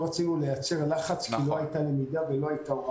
רצינו לייצר לחץ כי לא היתה למידה ולכן,